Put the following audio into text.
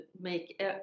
make